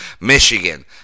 Michigan